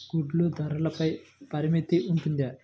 గుడ్లు ధరల పై పరిమితి ఉంటుందా?